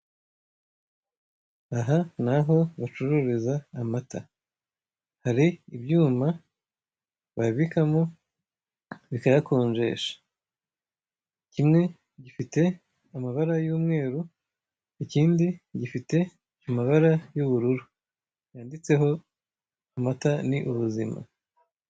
Aha ni aho bacururiza amata hari ibyuma babikamo bikayakonjesha, kimwe gifite amabara y'umweru, ikindi gifite amabara y'ubururu cyanditseho amata ni ubuzima.